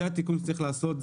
זה התיקון שצריך לעשות.